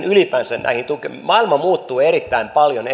ylipäänsä näihin tukiin niin maailma muuttuu erittäin paljon